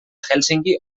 hèlsinki